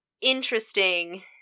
interesting